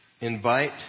invite